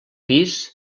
pis